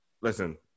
listen